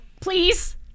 Please